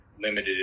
limited